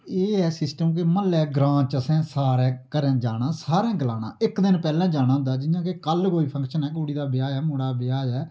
एह् ऐ सिस्टम के म्हल्लै ग्रां च असैं सारैं घरैं जाना सारैं गलाना इक्क दिन पैह्लैं जाना होंदा कल कोई फंक्शन ऐ कुड़ी दा ब्याह् ऐ मुड़ा ब्याह् ऐ